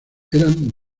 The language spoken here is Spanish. eran